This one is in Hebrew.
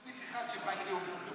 יש סניף אחד של בנק לאומי.